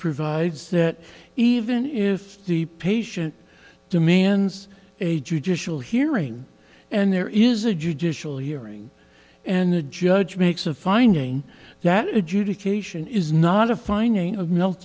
provides that even if the patient demands a judicial hearing and there is a judicial hearing and the judge makes a finding that adjudication is not a finding of m